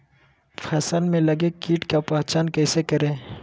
फ़सल में लगे किट का पहचान कैसे करे?